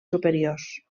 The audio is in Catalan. superiors